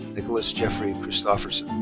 nicholas jeffrey christoffersen.